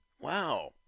Wow